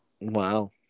Wow